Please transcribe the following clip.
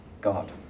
God